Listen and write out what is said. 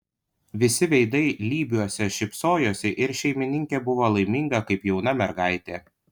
visi veidai lybiuose šypsojosi ir šeimininkė buvo laiminga kaip jauna mergaitė